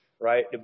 right